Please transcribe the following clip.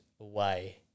away